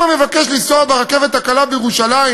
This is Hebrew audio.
אם המבקש לנסוע ברכבת הקלה בירושלים